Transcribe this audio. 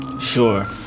Sure